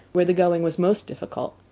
where the going was most difficult,